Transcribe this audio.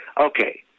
Okay